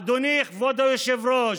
אדוני, כבוד היושב-ראש,